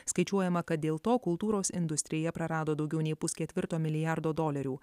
skaičiuojama kad dėl to kultūros industrija prarado daugiau nei pusketvirto milijardo dolerių